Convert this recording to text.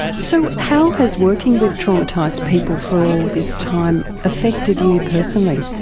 so how has working with traumatised people for all this time affected you personally?